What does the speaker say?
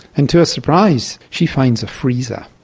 and to her surprise she finds a freezer,